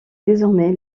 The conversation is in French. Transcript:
désormais